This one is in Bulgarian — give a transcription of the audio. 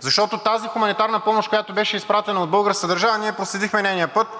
защото тази хуманитарна помощ, която беше изпратена от българската държава, ние проследихме нейния път,